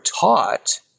taught